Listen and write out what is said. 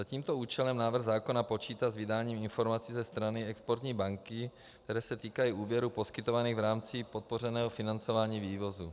Za tímto účelem návrh zákona počítá s vydáním informací ze strany exportní banky, které se týkají úvěrů poskytovaných v rámci podpořeného financování vývozu.